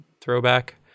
throwback